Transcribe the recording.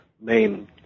main